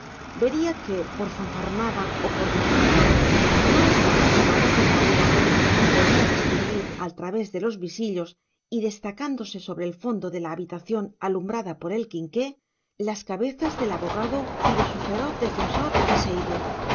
vería que por fanfarronada o por descuido no estaban cerradas las maderas y podría distinguir al través de los visillos y destacándose sobre el fondo de la habitación alumbrada por el quinqué las cabezas del abogado y de su feroz defensor y seide